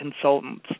consultants